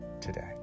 today